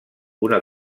una